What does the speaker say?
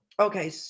Okay